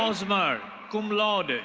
bosmer, cum laude,